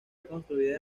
construida